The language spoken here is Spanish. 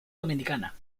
dominicana